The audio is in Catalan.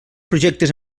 projectes